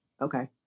Okay